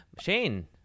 Shane